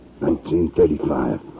1935